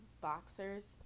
boxers